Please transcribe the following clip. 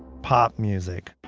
pop music,